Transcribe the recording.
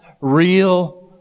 real